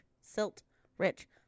silt-rich